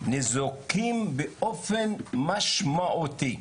ניזוקים באופן משמעותי.